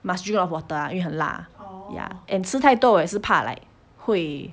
must drink a lot of water ah 因为很辣 ya and 吃太多我也是怕 like 会